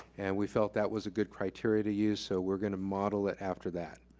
we felt that was a good criteria to use, so we're gonna model it after that,